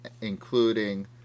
including